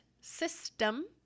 system